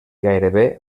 gairebé